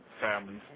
families